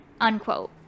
Unquote